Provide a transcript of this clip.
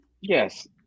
Yes